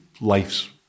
life's